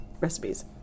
recipes